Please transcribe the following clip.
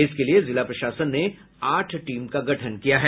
इसके लिए जिला प्रशासन ने आठ टीम का गठन किया है